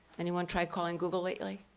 anyone try calling google lately?